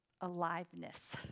aliveness